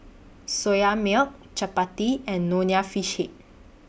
Soya Milk Chappati and Nonya Fish Head